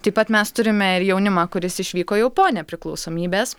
taip pat mes turime ir jaunimą kuris išvyko jau po nepriklausomybės